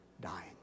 dying